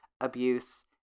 abuse